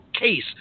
Case